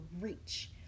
reach